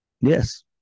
Yes